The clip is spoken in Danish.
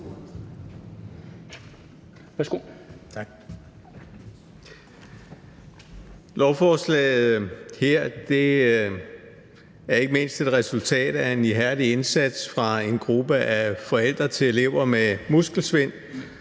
Lovforslaget her er ikke mindst et resultat af en ihærdig indsats fra en gruppe af forældre til elever med muskelsvind,